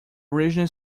original